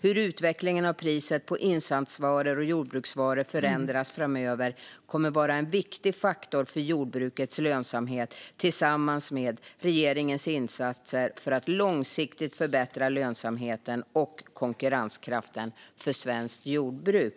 Hur utvecklingen av priset på insatsvaror och jordbruksvaror förändras framöver kommer att vara en viktig faktor för jordbrukets lönsamhet tillsammans med regeringens insatser för att långsiktigt förbättra lönsamheten och konkurrenskraften för svenskt jordbruk.